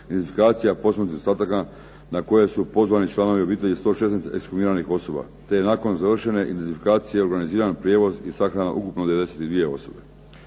identifikacija posmrtnih ostataka na koje su pozvani članovi obitelji 116 ekshumiranih osoba te je nakon završene identifikacije organiziran prijevoz i sahrana ukupno 92 osobe.